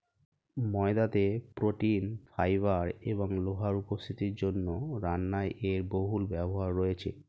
ময়দাতে protein, fibre এবং লোহার উপস্থিতির জন্য রান্নায় এর বহুল ব্যবহার রয়েছে